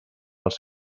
pels